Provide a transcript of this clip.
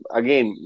again